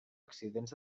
accidents